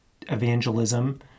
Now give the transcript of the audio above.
evangelism